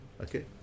Okay